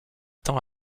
temps